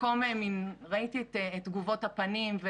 ראיתי את תגובות הפנים,